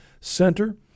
Center